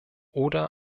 oder